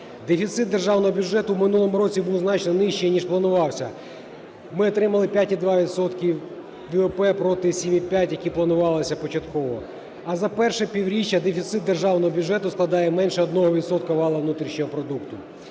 Дефіцит державного бюджету в минулому році був значно нижчий, ніж планувався, ми отримали 5,2 відсотка ВВП проти 7,5, які планувалися початково. А за перше півріччя дефіцит державного бюджету складає менше 1 відсотка валового внутрішнього продукту.